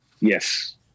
Yes